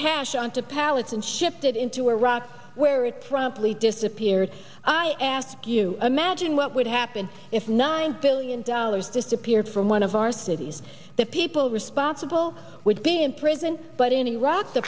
cash on to pallets and shipped it into iraq where it promptly disappeared i ask you imagine what would happen if nine billion dollars disappeared from one of our cities the people responsible would be in prison but in iraq the